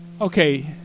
okay